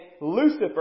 Lucifer